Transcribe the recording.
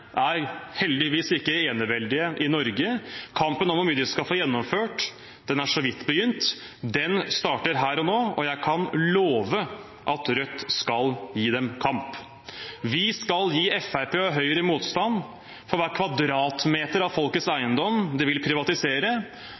er heldigvis ikke eneveldige i Norge. Kampen om hvor mye de skal få gjennomført, er så vidt begynt. Den starter her og nå, og jeg kan love at Rødt skal gi dem kamp. Vi skal gi Fremskrittspartiet og Høyre motstand for hver kvadratmeter av folkets eiendom de vil privatisere,